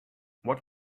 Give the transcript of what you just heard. what